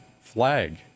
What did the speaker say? flag